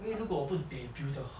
因为如果我不 debut 的话